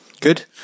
Good